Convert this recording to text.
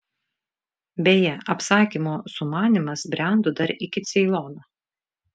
beje apsakymo sumanymas brendo dar iki ceilono